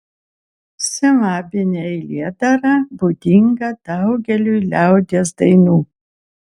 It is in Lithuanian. silabinė eilėdara būdinga daugeliui liaudies dainų